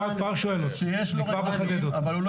יכול להיות שהוא אמר לי שיש לו רכבים אבל הוא לא